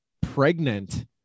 pregnant